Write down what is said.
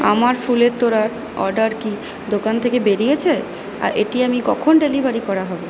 আমার ফুলের তোড়ার অর্ডার কি দোকান থেকে বেরিয়েছে এটি আমি কখন ডেলিভারি করা হবে